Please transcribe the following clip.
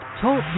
Talk